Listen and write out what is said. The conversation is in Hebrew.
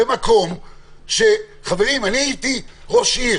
במקום, חברים, אני הייתי ראש עיר,